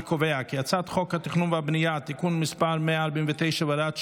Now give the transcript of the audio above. אני קובע כי הצעת חוק התכנון והבנייה (תיקון מס' 149 והוראת שעה),